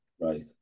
Right